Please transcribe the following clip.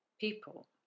People